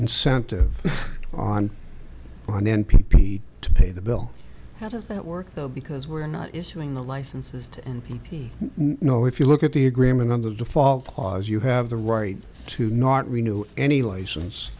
incentive on one n p p to pay the bill how does that work though because we're not issuing the licenses to know if you look at the agreement on the default clause you have the right to not renew any license